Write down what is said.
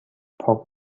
پاک